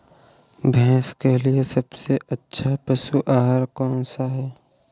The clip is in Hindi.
भैंस के लिए सबसे अच्छा पशु आहार कौन सा है?